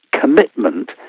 commitment